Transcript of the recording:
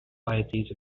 societies